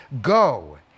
go